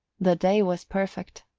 the day was perfect.